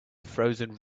frozen